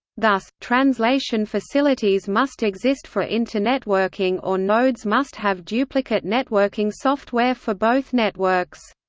thus, translation facilities must exist for internetworking or nodes must have duplicate networking software for both networks.